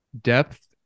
depth